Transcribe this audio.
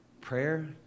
Prayer